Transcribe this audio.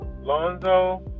Lonzo